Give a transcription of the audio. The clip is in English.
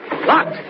Locked